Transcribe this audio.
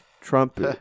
Trump